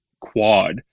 quad